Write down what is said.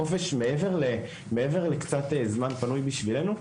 החופש, מעבר לזה שהוא קצת זמן פנוי בשבילנו,